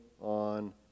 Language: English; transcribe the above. on